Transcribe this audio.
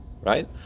Right